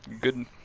good